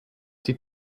die